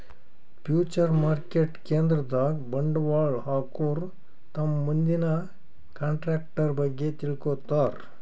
future market ಕೇಂದ್ರದಾಗ್ ಬಂಡವಾಳ್ ಹಾಕೋರು ತಮ್ ಮುಂದಿನ ಕಂಟ್ರಾಕ್ಟರ್ ಬಗ್ಗೆ ತಿಳ್ಕೋತಾರ್